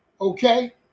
okay